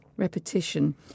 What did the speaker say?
repetition